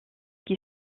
qui